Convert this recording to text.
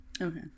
Okay